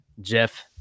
Jeff